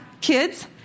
kids